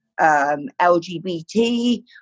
LGBT